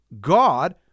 God